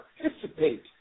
participate